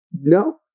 No